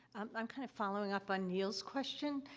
um, i'm kind of following up on neil's question,